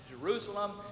Jerusalem